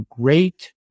great